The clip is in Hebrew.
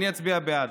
אני אצביע בעד.